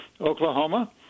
Oklahoma